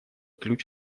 ключ